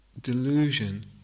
Delusion